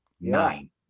Nine